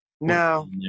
No